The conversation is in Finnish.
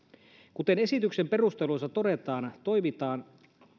kuten esityksen perusteluissa todetaan toimitaan